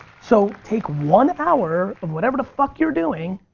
so take one hour of whatever the fuck you're doing,